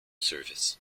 service